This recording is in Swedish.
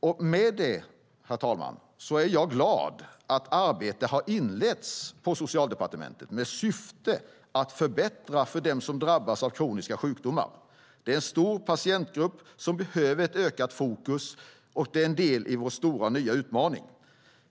Med detta sagt, herr talman, är jag glad för att ett arbete har inletts på Socialdepartementet med syfte att förbättra för dem som drabbats av kroniska sjukdomar. Det är en stor patientgrupp som behöver ett ökat fokus. Det är en del i vår stora nya utmaning.